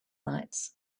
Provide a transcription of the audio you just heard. lights